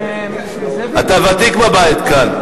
אתה ותיק בבית כאן.